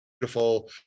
beautiful